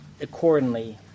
accordingly